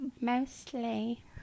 Mostly